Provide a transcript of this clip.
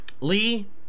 Lee